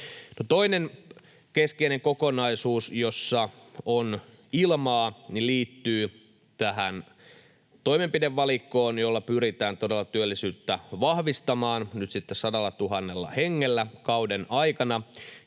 toinen keskeinen kokonaisuus, jossa on ilmaa, liittyy tähän toimenpidevalikkoon, jolla pyritään todella työllisyyttä vahvistamaan nyt sitten 100 000 hengellä kauden aikana,